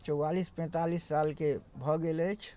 चौआलिस पैँतालिस सालके भऽ गेल अछि